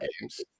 games